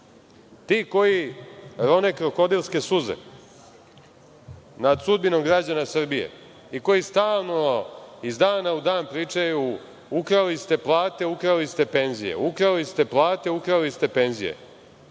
Ti koji rone krokodilske suze nad sudbinom građana Srbije i koji stalno iz dana u dan pričaju – ukrali ste plate, ukrali ste penzije, ukrali ste plate, ukrali ste penzije,